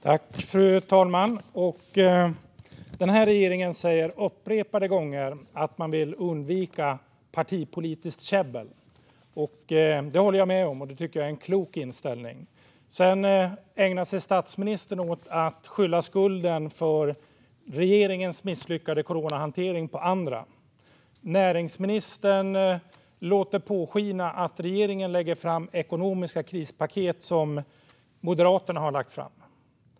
Fru talman! Den här regeringen säger upprepade gånger att man ska undvika partipolitiskt käbbel. Det håller jag med om, och jag tycker att det är en klok inställning. Sedan ägnar sig statsministern åt att skylla skulden för regeringens misslyckade coronahantering på andra. Näringsministern låter påskina att regeringen lägger fram ekonomiska krispaket, krispaket som Moderaterna har tagit initiativ till.